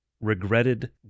regretted